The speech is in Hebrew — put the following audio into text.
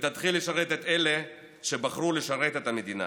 ותתחיל לשרת את אלה שבחרו לשרת את המדינה,